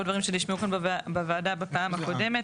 דברים שנשמעו כאן בוועדה בפעם הקודמת.